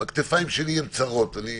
הכתפיים שלי צרות, אני